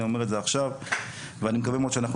אני אומר את זה עכשיו ואני מקווה מאוד שאנחנו